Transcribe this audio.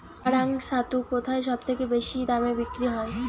কাড়াং ছাতু কোথায় সবথেকে বেশি দামে বিক্রি হয়?